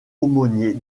aumônier